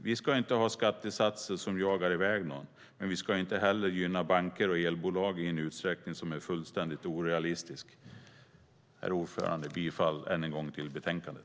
Vi ska inte ha skattesatser som jagar iväg någon, men vi ska inte heller gynna banker och elbolag i en utsträckning som är fullständigt orealistisk. Herr talman! Jag yrkar ännu en gång bifall till förslaget i betänkandet.